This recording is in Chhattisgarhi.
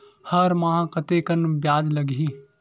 हर माह कतेकन ब्याज लगही?